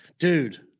Dude